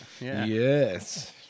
Yes